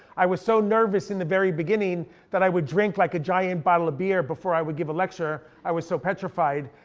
i was so nervous in the very beginning that i would drink like a giant bottle of beer before i would give a lecture, i was so petrified.